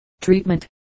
Treatment